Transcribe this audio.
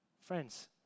friends